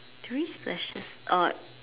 three splashes oh